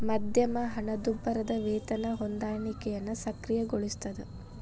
ಮಧ್ಯಮ ಹಣದುಬ್ಬರದ್ ವೇತನ ಹೊಂದಾಣಿಕೆಯನ್ನ ಸಕ್ರಿಯಗೊಳಿಸ್ತದ